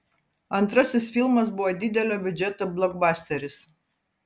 antrasis filmas buvo didelio biudžeto blokbasteris